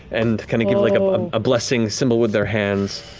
and kind of give like um a blessing symbol with their hands.